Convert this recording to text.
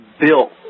built